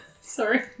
Sorry